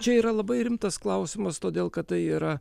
čia yra labai rimtas klausimas todėl kad tai yra